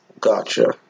Gotcha